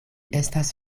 estas